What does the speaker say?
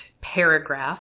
paragraph